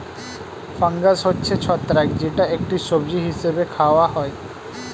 fungus হচ্ছে ছত্রাক যেটা একটি সবজি হিসেবে খাওয়া হয়